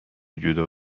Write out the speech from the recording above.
جدا